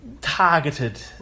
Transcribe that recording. targeted